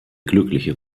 glückliche